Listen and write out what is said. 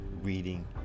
reading